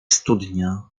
studnia